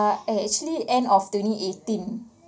ah actually end of twenty eighteen